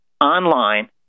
online